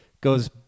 goes